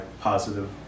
positive